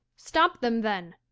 stop them then.